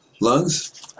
lungs